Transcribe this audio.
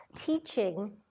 teaching